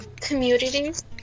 communities